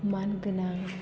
मानगोनां